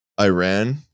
Iran